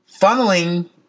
Funneling